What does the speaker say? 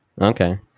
Okay